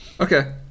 Okay